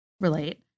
Relate